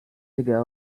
ago